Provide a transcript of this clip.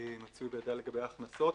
שמצוי בידה לגבי ההכנסות.